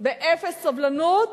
סובלנות